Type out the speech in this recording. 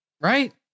right